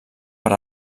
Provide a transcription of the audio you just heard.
per